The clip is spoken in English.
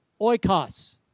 oikos